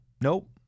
nope